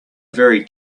very